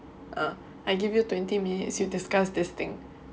err I give you twenty minutes you discuss this thing